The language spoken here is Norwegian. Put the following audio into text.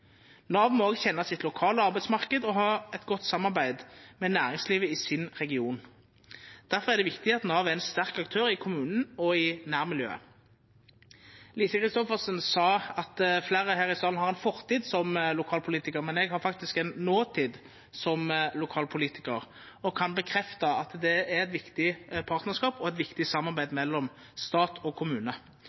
Nav. Nav må òg kjenna sin lokale arbeidsmarknad og ha eit godt samarbeid med næringslivet i sin region. Difor er det viktig at Nav er ein sterk aktør i kommunen og i nærmiljøet. Representanten Lise Christoffersen sa at fleire her i salen har ei fortid som lokalpolitikarar. Eg har faktisk ei notid som lokalpolitikar og kan bekrefta at det er ein viktig partnarskap og eit viktig samarbeid mellom stat og kommune.